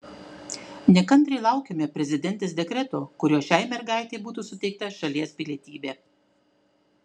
nekantriai laukiame prezidentės dekreto kuriuo šiai mergaitei būtų suteikta šalies pilietybė